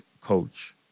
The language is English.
coach